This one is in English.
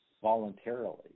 voluntarily